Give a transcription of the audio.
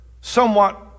somewhat